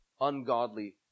ungodly